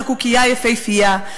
הקוקייה יפהפייה,